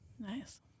Nice